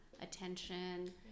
attention